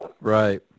Right